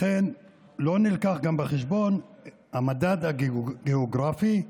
לכן לא הובא בחשבון גם המדד הגיאוגרפי,